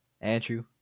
Andrew